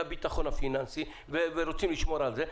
מהביטחון הפיננסי ורוצים לשמור על זה,